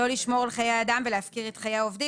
לא לשמור על חיי אדם ולהפקיר את חיי העובדים.